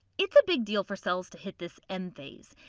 it's a big deal for cells to hit this m phase.